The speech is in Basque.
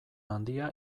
handia